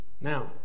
Now